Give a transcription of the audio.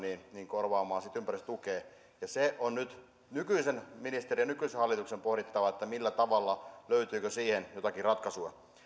korvaamaan ympäristötukea se on nyt nykyisen ministerin ja nykyisen hallituksen pohdittava löytyykö siihen jotakin ratkaisua